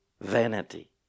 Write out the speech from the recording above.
Vanity